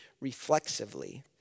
reflexively